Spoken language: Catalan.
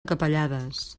capellades